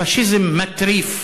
הפאשיזם מטריף,